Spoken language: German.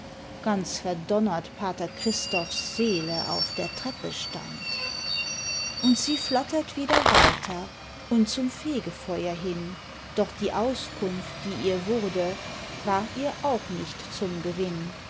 ganz verdonnert pater christophs seele auf der treppe stand und sie flattert wieder weiter und zum fegefeuer hin doch die auskunft die ihr wurde ward ihr auch nicht zum gewinn